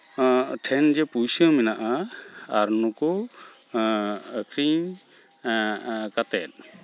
ᱴᱷᱮᱱ ᱡᱮ ᱯᱩᱭᱥᱟᱹ ᱢᱮᱱᱟᱜᱼᱟ ᱟᱨ ᱱᱩᱠᱩ ᱟᱹᱠᱷᱨᱤᱧ ᱠᱟᱛᱮᱫ